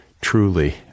truly